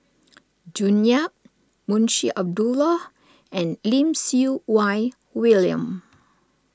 June Yap Munshi Abdullah and Lim Siew Wai William